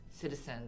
citizens